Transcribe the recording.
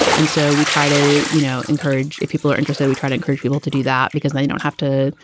and so we try to, you know, encourage if people are interested, we try to encourage people to do that because they don't have to,